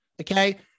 okay